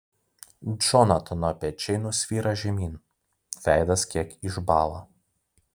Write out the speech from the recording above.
džonatano pečiai nusvyra žemyn veidas kiek išbąla